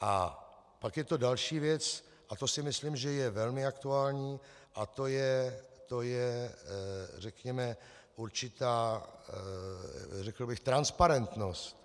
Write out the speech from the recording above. A pak je to další věc a to si myslím, že je velmi aktuální, a to je řekněme určitá transparentnost.